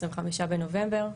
25 בנובמבר,